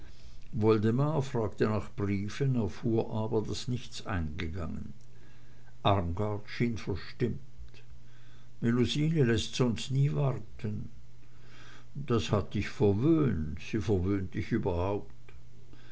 woldemar fragte nach briefen erfuhr aber daß nichts eingegangen armgard schien verstimmt melusine läßt sonst nie warten das hat dich verwöhnt sie verwöhnt dich überhaupt